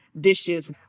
dishes